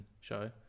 show